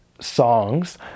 songs